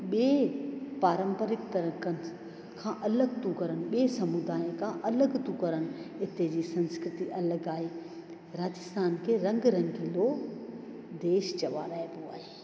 ॿिए पारंपरिक तरीक़नि खां अलॻि थियूं करनि ॿिए समुदाय खां अलॻि थियूं करनि हिते जी संस्कृति ऐं लदाई राजस्थान खे रंगु रंगीलो देश चवाराइबो आहे